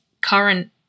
current